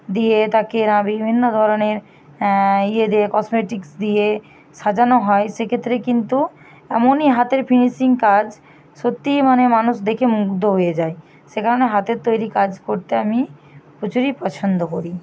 দিয়ে তাকে না বিভিন্ন ধরনের ইয়ে দিয়ে কসমেটিক্স দিয়ে সাজানো হয় সেক্ষেত্রে কিন্তু এমনই হাতের ফিনিশিং কাজ সত্যিই মানে মানুষ দেখে মুগ্ধ হয়ে যায় সে কারণে হাতের তৈরি কাজ করতে আমি প্রচুরই পছন্দ করি